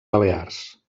balears